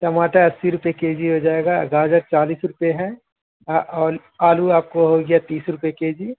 ٹماٹر اسی روپے کے جی ہو جائے گا گاجر چالیس روپے ہے آل آلو آپ کو ہوگیا تیس روپے کے جی